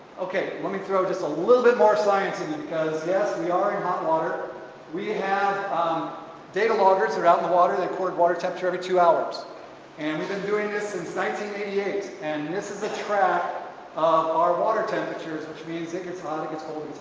okay let me throw just a little bit more science in you because yes we are in hot water we have data loggers are out in the water they record water temperature every two hours and we've been doing this since eight and this is a track of our water temperatures which means it gets hot um it gets cold